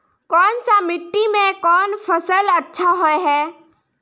कोन सा मिट्टी में कोन फसल अच्छा होय है?